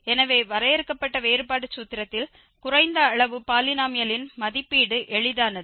எனவே வரையறுக்கப்பட்ட வேறுபாடு சூத்திரத்தில் குறைந்த அளவு பாலினோமியலின் மதிப்பீடு எளிதானது